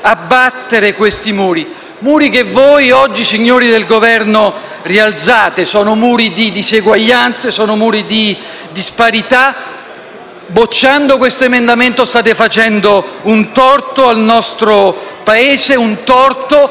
abbattere questi muri; muri che voi oggi, signori del Governo, rialzate; sono muri di disuguaglianze, di disparità. Respingendo questo emendamento farete un torto al nostro Paese, un torto